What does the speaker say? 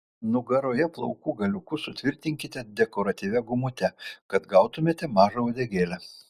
nugaroje plaukų galiukus sutvirtinkite dekoratyvia gumute kad gautumėte mažą uodegėlę